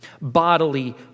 bodily